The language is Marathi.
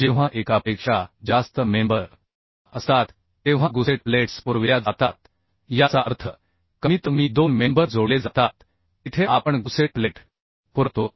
जेव्हा एकापेक्षा जास्त मेंबर असतात तेव्हा गुसेट प्लेट्स पुरविल्या जातात याचा अर्थ कमीतकमी दोन मेंबर जोडले जातात तिथे आपण गुसेट प्लेट पुरवतो